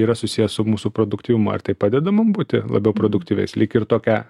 yra susijęs su mūsų produktyvumu ar tai padeda mum būti labiau produktyvias lyg ir tokią